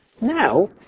Now